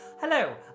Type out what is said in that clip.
Hello